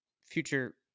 future